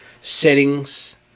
Settings